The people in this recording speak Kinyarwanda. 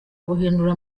guhindura